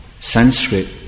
Sanskrit